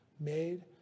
made